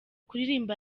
kuririmba